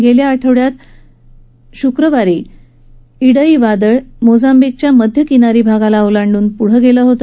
गेल्या आठवड्यात शुक्रवारी डेई वादळ मोझाम्बिकच्या मध्य किनारी भागाला ओलांडून पुढे गेले होते